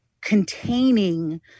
containing